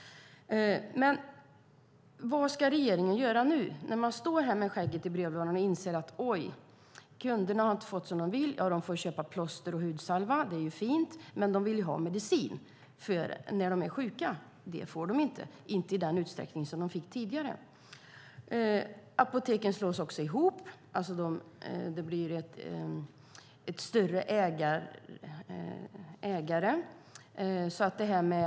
Vad ska regeringen göra nu när man står där med skägget i brevlådan och inser att oj, kunderna har inte fått som de vill? De får köpa plåster och hudsalva, det är ju fint, men de vill ha medicin när de är sjuka. Det får de inte, inte i den utsträckning som de fick tidigare. Apotek slås ihop. Det blir större ägare.